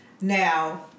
now